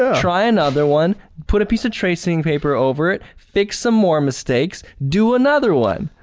ah try another one, put a piece of tracing paper over it, fix some more mistakes, do another one.